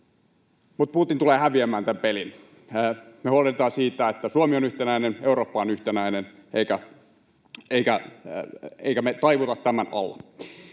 mutta Putin tulee häviämään tämän pelin. Me huolehditaan siitä, että Suomi on yhtenäinen ja Eurooppa on yhtenäinen, eikä me taivuta tämän alla.